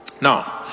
Now